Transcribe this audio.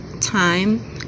time